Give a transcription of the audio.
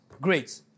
Great